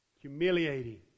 Humiliating